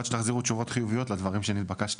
שתחזירו תשובות חיוביות לדברים שנתבקשתם.